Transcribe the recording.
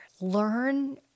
Learn